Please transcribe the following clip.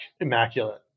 immaculate